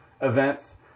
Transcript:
events